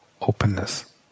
openness